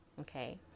Okay